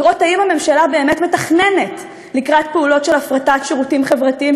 לראות אם הממשלה באמת מתכננת לקראת פעולות של הפרטת שירותים חברתיים,